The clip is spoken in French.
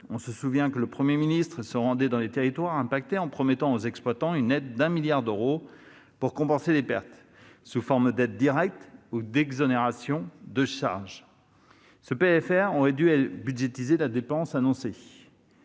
On se souvient que le Premier ministre s'est rendu dans les territoires touchés en promettant aux exploitants une aide de 1 milliard d'euros pour compenser les pertes, sous forme d'aides directes ou d'exonérations de charges. Ce PLFR aurait dû budgétiser la dépense annoncée.